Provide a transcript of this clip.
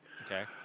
Okay